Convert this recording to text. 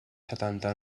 setanta